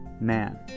man